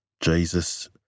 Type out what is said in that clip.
Jesus